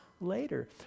later